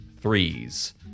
threes